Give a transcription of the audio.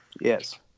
Yes